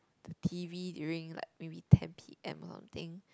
the t_v during like maybe ten P_M or something